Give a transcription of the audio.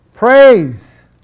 Praise